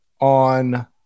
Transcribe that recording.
on